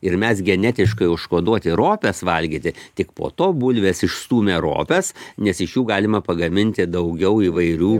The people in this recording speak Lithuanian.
ir mes genetiškai užkoduoti ropes valgyti tik po to bulves išstūmė ropes nes iš jų galima pagaminti daugiau įvairių